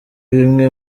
bimwe